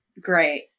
great